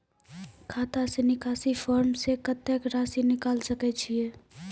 खाता से निकासी फॉर्म से कत्तेक रासि निकाल सकै छिये?